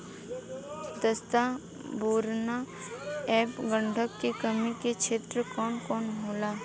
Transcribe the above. जस्ता बोरान ऐब गंधक के कमी के क्षेत्र कौन कौनहोला?